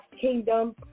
kingdom